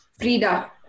Frida